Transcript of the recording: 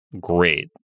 great